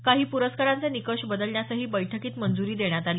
काही पुरस्कारांचे निकष बदलण्यासही बैठकीत मंजुरी देण्यात आली